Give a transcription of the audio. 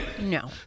No